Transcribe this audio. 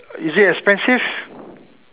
is it expensive